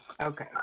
Okay